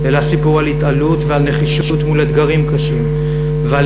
אלא סיפור על התעלות ועל נחישות מול אתגרים קשים ועל